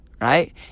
right